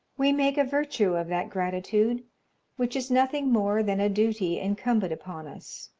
we make a virtue of that gratitude which is nothing more than a duty incumbent upon us,